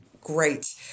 Great